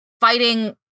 fighting